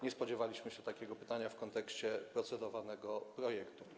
Nie spodziewaliśmy się takiego pytania w kontekście procedowanego projektu.